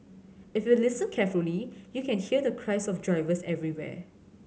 if you listen carefully you can hear the cries of drivers everywhere